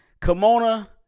Kimona